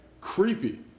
creepy